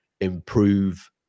improve